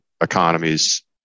economies